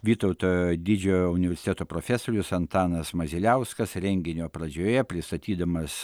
vytauto didžiojo universiteto profesorius antanas maziliauskas renginio pradžioje pristatydamas